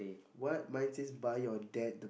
what mine says buy your debt